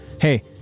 hey